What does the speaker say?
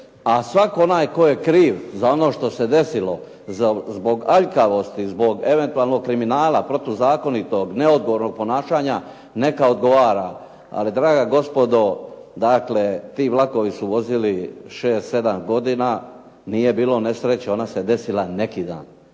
A svatko onaj tko je kriv što se desilo zbog aljkavosti, zbog eventualnog kriminala, protuzakonitog neodgovornog ponašanja, neka odgovara. Ali draga gospodo, ti vlakovi su vozili 6, 7 godina, nije bilo nesreća ona se desila neki dan.